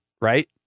Right